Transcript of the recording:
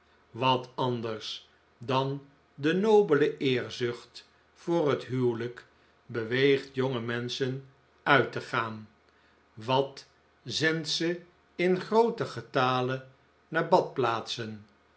wat anders dan de nobele eerzucht voor het huwelijk beweegt jonge menschen uit te gaan wat zendt ze in grooten getale naar badplaatsen